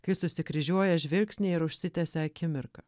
kai susikryžiuoja žvilgsniai ir užsitęsia akimirka